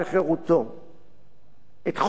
את חוק-יסוד: השפיטה, כפי שהזכרתי,